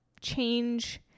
change